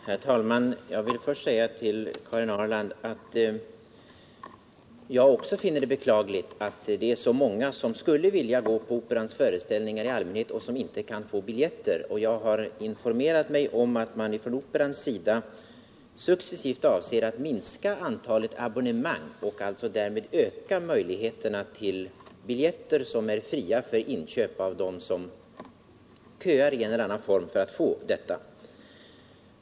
Herr talman! Jag vill först säga till Karin Ahrland att också jag finner det beklagligt att det är så många som skulle vilja gå på Operans föreställningar men som inte kan få biljetter. Jag har informerat mig om att Operan successivt avser att minska antalet abonnemang och alltså därmed ökar antalet biljetter som är fria för inköp av dem som köar i en eller annan form för att få sådana.